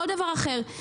כל דבר אחר.